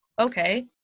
okay